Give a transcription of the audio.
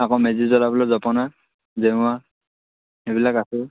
আকৌ মেজি জ্বলাবলৈ জপনা জেওৰা সেইবিলাক আছেই